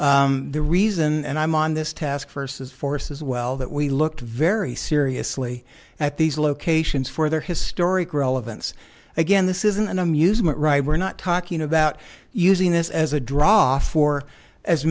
the reason and i'm on this task force is force as well that we look very seriously at these locations for their historic relevance again this isn't an amusement ride we're not talking about using this as a draw for as